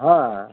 ہاں